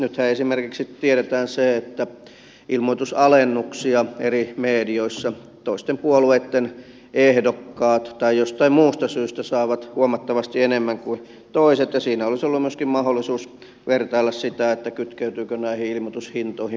nythän esimerkiksi tiedetään se että ilmoitusalennuksia eri medioissa toisten puolueitten ehdokkaat tai jostain muusta syystä saavat huomattavasti enemmän kuin toiset ja siinä olisi ollut myöskin mahdollisuus vertailla sitä kytkeytyykö näihin ilmoitushintoihin piilopuoluetukea